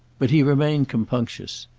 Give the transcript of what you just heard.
but he remained compunctious.